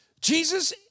Jesus